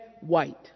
white